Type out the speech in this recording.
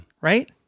right